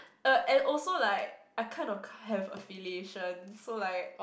uh and also like I kind of have affiliation so like